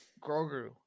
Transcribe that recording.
Grogu